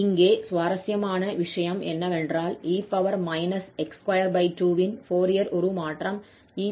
இங்கே சுவாரஸ்யமான விஷயம் என்னவென்றால் e x22 இன் ஃபோரியர் உருமாற்றம் e ∝22 ஆகும்